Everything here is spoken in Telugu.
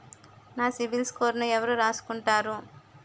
నా సిబిల్ స్కోరును ఎవరు రాసుకుంటారు